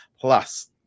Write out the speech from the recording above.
plus